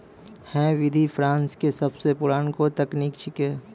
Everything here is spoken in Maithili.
है विधि फ्रांस के सबसो पुरानो तकनीक छेकै